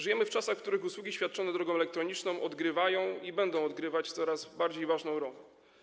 Żyjemy w czasach, w których usługi świadczone drogą elektroniczną odgrywają i będą odgrywać coraz ważniejszą rolę.